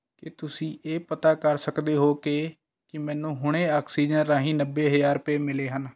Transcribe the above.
ਕੀ ਤੁਸੀਂਂ ਇਹ ਪਤਾ ਕਰ ਸਕਦੇ ਹੋ ਕਿ ਕੀ ਮੈਨੂੰ ਹੁਣੇ ਆਕਸੀਜਨ ਰਾਹੀਂ ਨੱਬੇ ਹਜ਼ਾਰ ਰੁਪਏ ਮਿਲੇ ਹਨ